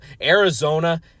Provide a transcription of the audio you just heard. Arizona